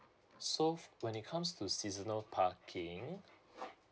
so when it comes to seasonal parking